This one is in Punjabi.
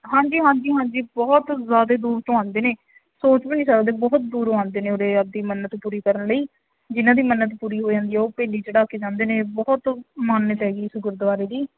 ਹਾਂਜੀ ਹਾਂਜੀ ਹਾਂਜੀ ਬਹੁਤ ਜ਼ਿਆਦਾ ਦੂਰ ਤੋਂ ਆਉਂਦੇ ਨੇ ਸੋਚ ਵੀ ਨਹੀਂ ਸਕਦੇ ਬਹੁਤ ਦੂਰੋਂ ਆਉਂਦੇ ਨੇ ਉਰੇ ਆਪਦੀ ਮੰਨਤ ਪੂਰੀ ਕਰਨ ਲਈ ਜਿਨ੍ਹਾਂ ਦੀ ਮੰਨਤ ਪੂਰੀ ਹੋ ਜਾਂਦੀ ਉਹ ਭੇਲੀ ਚੜ੍ਹਾ ਕੇ ਜਾਂਦੇ ਨੇ ਬਹੁਤ ਮਾਨਤ ਹੈਗੀ ਇਸ ਗੁਰਦੁਆਰੇ ਦੀ